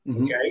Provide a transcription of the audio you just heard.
Okay